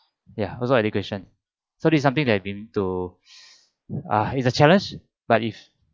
ya also education so this is something that we need to uh is a challenge but if